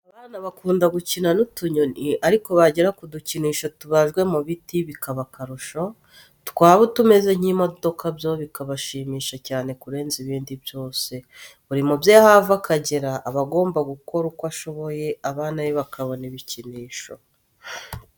Abana bakunda gukina n'utunyoni ariko bagera ku dukinisho tubajwe mu biti, bikaba akarusho, twaba utumeze nk'imodoka byo bikabashimisha cyane kurenza ibindi byose, buri mubyeyi aho ava akagera aba agomba gukora uko ashoboye abana be bakabona ibikinisho.